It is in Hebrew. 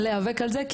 להיאבק על זה,